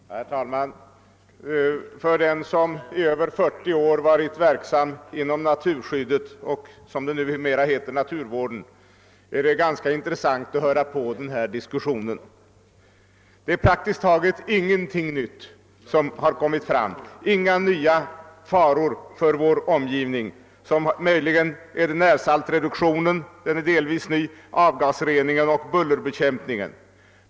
Herr talman! För den som i över 40 år varit verksam inom. naturskyddet — eller naturvården, som det numera heter — är det intressant att höra på denna diskussion. Det är praktiskt taget ingenting nytt som har kommit fram — inga nya faror för vår omgivning. Möjligen är närsaltsreduktionen delvis ny liksom avgasreningen och bullerbekämpningen.